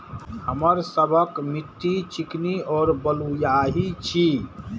हमर सबक मिट्टी चिकनी और बलुयाही छी?